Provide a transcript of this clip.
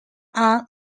are